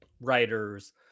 writers